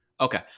Okay